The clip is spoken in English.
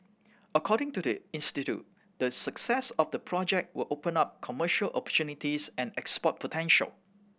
according to the institute the success of the project will open up commercial opportunities and export potential